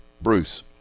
Bruce